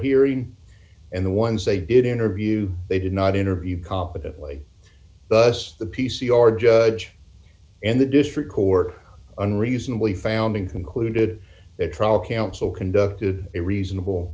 hearing and the ones they did interview they did not interview competently thus the p c r judge and the district court unreasonably founding concluded that trial counsel conducted a reasonable